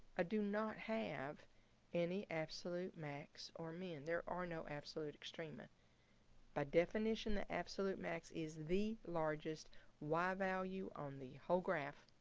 ah do not have any absolute max or min. there are no absolute extrema by definition the absolute max is the largest y value on the whole graph